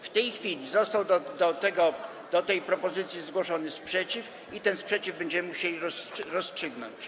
W tej chwili został do tej propozycji zgłoszony sprzeciw i ten sprzeciw będziemy musieli rozstrzygnąć.